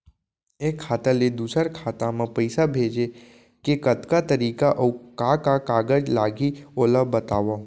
एक खाता ले दूसर खाता मा पइसा भेजे के कतका तरीका अऊ का का कागज लागही ओला बतावव?